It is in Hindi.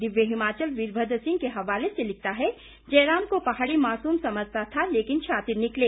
दिव्य हिमाचल वीरभद्र सिंह के हवाले से लिखता है जयराम को पहाड़ी मासूम समझता था लेकिन शातिर निकले